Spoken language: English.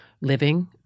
living –